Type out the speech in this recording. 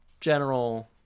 general